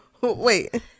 Wait